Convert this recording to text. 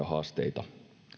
haasteita